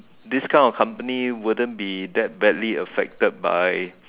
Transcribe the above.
this kind of company wouldn't be that badly affected by